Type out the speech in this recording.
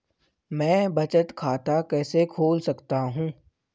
मैं बचत खाता कैसे खोल सकता हूँ?